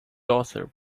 daughter